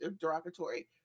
derogatory